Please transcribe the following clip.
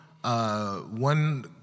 one